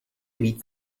víc